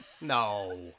No